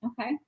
Okay